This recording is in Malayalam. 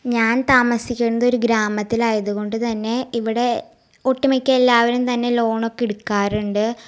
ഞാൻ താമസിക്കുന്നത് ഒരു ഗ്രാമത്തിലായത് കൊണ്ട് തന്നെ ഇവിടെ ഒട്ടുമിക്ക എല്ലാവരും തന്നെ ലോണൊക്കെ എടുക്കാറുണ്ട്